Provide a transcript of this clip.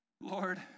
Lord